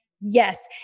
Yes